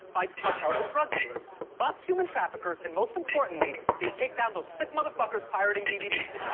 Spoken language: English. fights cartels and drug dealers, busts human traffickers, and most importantly, they take down those sick motherfuckers pirating dvds.